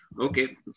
okay